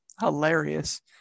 hilarious